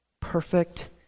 perfect